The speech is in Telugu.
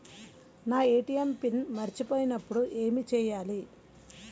నా ఏ.టీ.ఎం పిన్ మరచిపోయినప్పుడు ఏమి చేయాలి?